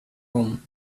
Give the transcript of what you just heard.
room